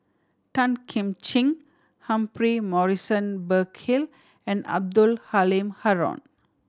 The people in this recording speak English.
Tan Kim Ching Humphrey Morrison Burkill and Abdul Halim Haron